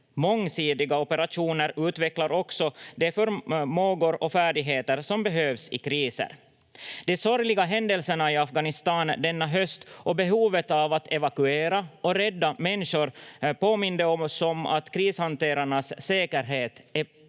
Mångsidiga operationer utvecklar också de förmågor och färdigheter som behövs i kriser. De sorgliga händelserna i Afghanistan denna höst och behovet av att evakuera och rädda människor påminde oss om att krishanterarnas säkerhet är